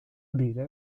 bile